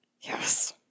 Yes